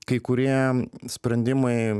kai kurie sprendimai